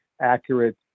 accurate